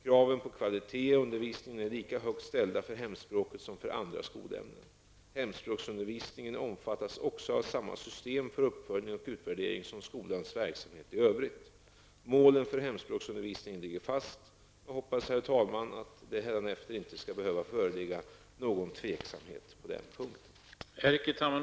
Kraven på kvalitet i undervisningen är lika högt ställda för hemspråket som för andra skolämnen. Hemspråksundervisningen omfattas också av samma system för uppföljning och utvärdering som skolans verksamhet i övrigt. Målen för hemspråksundervisningen ligger fast. Jag hoppas, herr talman, att det hädanefter inte skall behöva föreligga någon tveksamhet på den punkten.